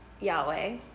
Yahweh